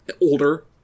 older –